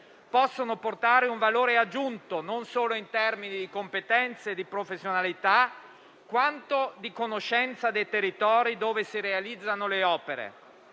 possono portare un valore aggiunto, non solo in termini di competenze e di professionalità, quanto di conoscenza dei territori dove si realizzano le opere.